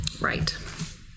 Right